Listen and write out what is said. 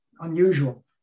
unusual